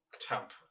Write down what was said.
temp